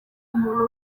umuntu